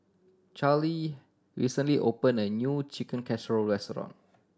Charlie recently opened a new Chicken Casserole restaurant